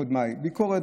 אדוני היושב-ראש,